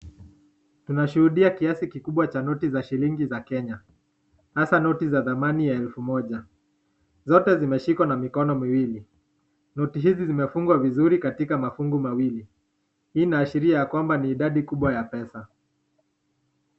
Tunashuhudia kiasi kikubwa cha noti za shilingi ya Kenya hasa noti za zamani ya elfu moja. Zote zimeshikwa na mikono miwili, noti hizi zimefungwa vizuri katika mafungu mawili. Hii inaashiria ya kwamba ni idadi kubwa ya pesa.